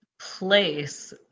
place